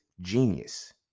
genius